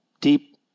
deep